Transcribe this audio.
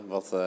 Wat